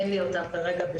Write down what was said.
אין לי אותם כרגע.